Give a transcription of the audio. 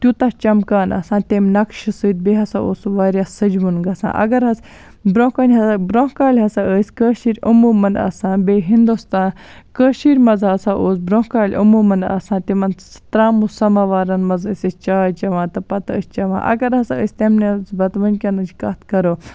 تیوتاہ چَمکان آسان تمہ نَقشہِ سۭتۍ بیٚیہِ ہَسا اوس سُہ واریاہ سجوُن گَژھان اَگَر حظ برونٛہہ کَنہِ برونٛہہ کالہِ ہَسا ٲسۍ کٲشِر عموماً آسان بیٚیہِ ہِندوستا کٔشیٖر مَنٛز ہَسا اوس برونٛہہ کالہِ عموماً آسان تمن تراموٗ سَمَوارَن مَنٛز ٲسۍ أسۍ چاے چیٚوان تہٕ پَتہٕ ٲسۍ چیٚوان اَگَر ہَسا أسۍ تمہِ نسبت وٕنکیٚنٕچ کتھ کَرو